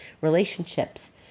relationships